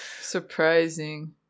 surprising